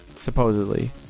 supposedly